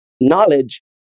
knowledge